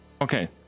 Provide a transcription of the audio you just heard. okay